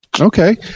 okay